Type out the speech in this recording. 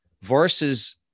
versus